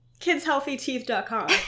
kidshealthyteeth.com